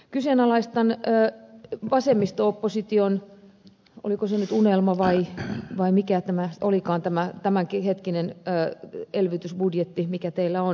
kyseenalaistan vasemmisto opposition oliko se nyt unelma vai mikä olikaan tämä tämänhetkinen elvytysbudjetin mikä teillä on